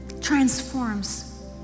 transforms